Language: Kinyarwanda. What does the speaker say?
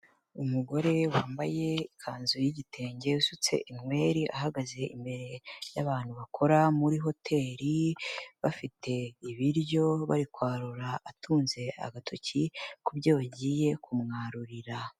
Umugore wambaye ikanzu y'igitenge usutse inweri ahagaze imbere y'abantu bakora muri hoteli, bafite ibiryo bari kwarura atunze agatoki ku byo bagiye kumwarurira.